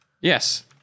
Yes